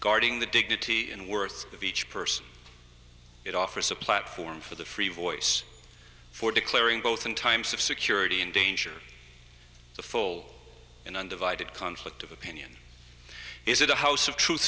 guarding the dignity and worth of each person it offers a platform for the free voice for declaring both in times of security in danger to fall in undivided conflict of opinion is it a house of truth